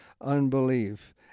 unbelief